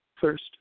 First